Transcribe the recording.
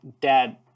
Dad